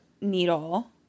needle